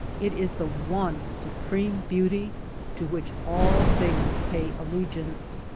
it is the one supreme beauty to which all things pay allegiance.